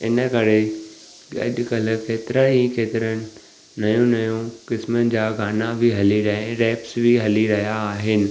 इन करे अॼु कल्ह केतिरा ई केतरनि नयूं नयूं की जा क़िस्मनि गाना बि हली रहिया रेप्स बि हली रहिया आहिनि